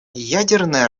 ядерное